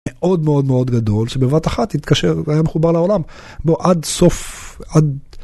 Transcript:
מאוד מאוד מאוד גדול שבבת אחת התקשר והיה מחובר לעולם בוא עד סוף עד.